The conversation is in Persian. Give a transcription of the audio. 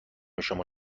شما